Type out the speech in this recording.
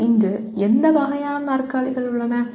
உலகில் இன்று எந்த வகையான நாற்காலிகள் உள்ளன